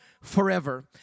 forever